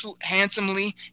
handsomely